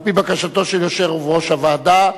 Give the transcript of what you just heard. על-פי בקשתו של יושב-ראש הוועדה,